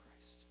Christ